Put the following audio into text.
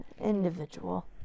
individual